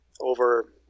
Over